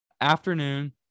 afternoon